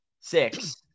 six